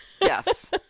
Yes